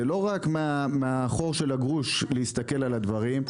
זה לא רק מהחור של הגרוש להסתכל על הדברים.